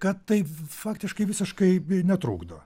kad tai faktiškai visiškai netrukdo